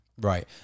Right